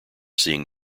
seeing